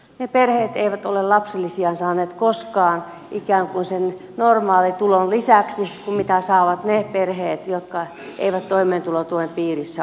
ne perheet eivät ole lapsilisiään saaneet koskaan ikään kuin sen normaalitulon lisäksi kuten saavat ne perheet jotka eivät toimeentulotuen piirissä ole